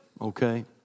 okay